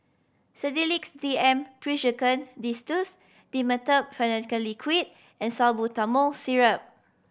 Sedilix D M Pseudoephrine Linctus Dimetapp Phenylephrine Liquid and Salbutamol Syrup